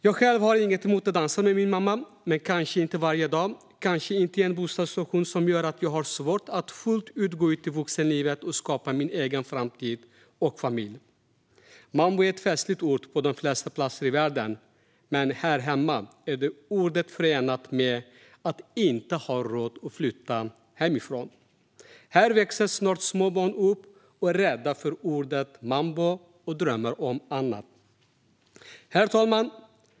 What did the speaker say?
Jag själv har inget emot att dansa med min mamma. Men kanske inte varje dag, kanske inte i en bostadssituation som gör att jag har svårt att fullt ut gå ut i vuxenlivet och skapa min egen framtid och familj. Mambo är ett festligt ord på de flesta platser i världen. Men här hemma är det ordet förenat med att inte har råd att flytta hemifrån. Här växer snart små barn upp, är rädda för ordet mambo och drömmer om annat. Herr talman!